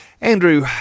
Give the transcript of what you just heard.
Andrew